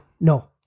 no